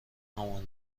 همان